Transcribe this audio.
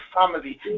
family